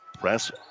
Press